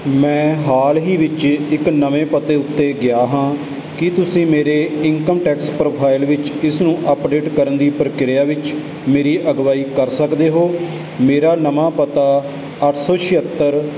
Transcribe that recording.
ਮੈਂ ਹਾਲ ਹੀ ਵਿੱਚ ਇੱਕ ਨਵੇਂ ਪਤੇ ਉੱਤੇ ਗਿਆ ਹਾਂ ਕੀ ਤੁਸੀਂ ਮੇਰੇ ਇਨਕਮ ਟੈਕਸ ਪ੍ਰੋਫਾਈਲ ਵਿੱਚ ਇਸ ਨੂੰ ਅਪਡੇਟ ਕਰਨ ਦੀ ਪ੍ਰਕਿਰਿਆ ਵਿੱਚ ਮੇਰੀ ਅਗਵਾਈ ਕਰ ਸਕਦੇ ਹੋ ਮੇਰਾ ਨਵਾਂ ਪਤਾ ਅੱਠ ਸੌ ਛੇਅੱਤਰ